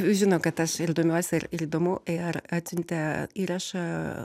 žino kad aš ir domiuosi ir ir įdomu ir atsiuntė įrašą